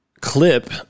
clip